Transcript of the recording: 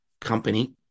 company